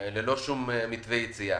ללא שום מתווה יציאה.